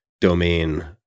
domain